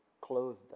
clothed